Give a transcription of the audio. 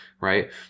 right